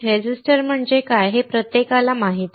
resistor म्हणजे काय हे प्रत्येकाला माहीत आहे